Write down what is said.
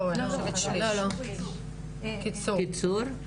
לא, קיצור שליש.